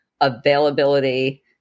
availability